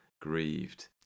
grieved